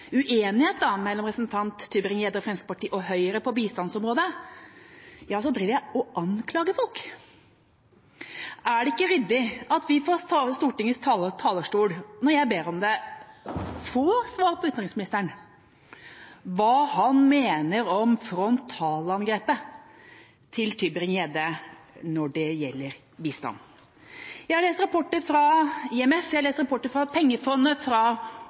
mellom representanten Tybring-Gjedde og Fremskrittspartiet og Høyre på bistandsområdet, ja så driver jeg og anklager folk! Er det ikke ryddig at vi – når jeg ber om det – får svar fra Stortingets talerstol på hva utenriksministeren mener om frontalangrepet fra Tybring-Gjedde når det gjelder bistand? Jeg har lest rapporter fra IMF – pengefondet – og fra